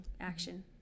action